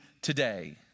today